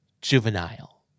juvenile